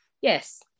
yes